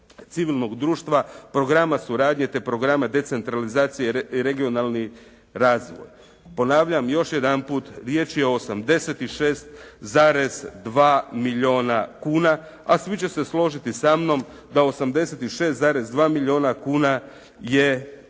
civilnog društva, programa suradnje te programa decentralizacije i regionalni razvoj. Ponavljam još jedanput riječ je o 86,2 milijuna kuna, a svi će se složiti sa mnom da 86,2 milijuna kuna je